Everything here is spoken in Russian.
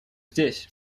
здесь